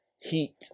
heat